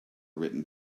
written